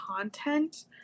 content